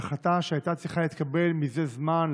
היא החלטה שהייתה צריכה להתקבל מזה זמן,